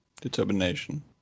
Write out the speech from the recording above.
determination